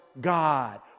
God